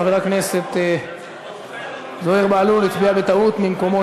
חבר הכנסת זוהיר בהלול הצביע בטעות ממקומו